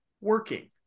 working